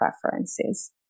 preferences